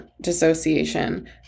dissociation